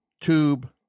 tube